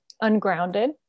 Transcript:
ungrounded